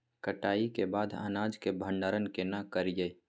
कटाई के बाद अनाज के भंडारण केना करियै?